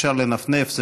אפשר לנפנף,